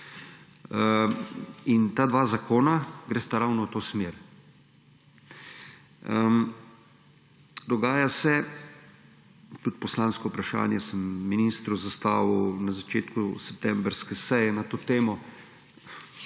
Ta dva zakona gresta ravno v to smer. Dogaja se, tudi poslansko vprašanje sem ministru zastavil na začetku septembrske seje na to temo,